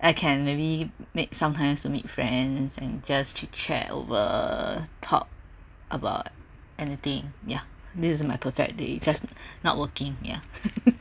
I can maybe make sometimes to meet friends and just chit chat over talk about anything yeah this is my perfect day just not working yeah